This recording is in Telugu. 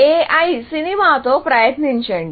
AI సినిమాతో ప్రయత్నించండి